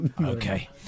Okay